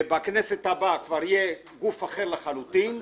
ובכנסת הבאה כבר יהיה גוף אחר לחלוטין,